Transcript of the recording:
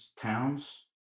towns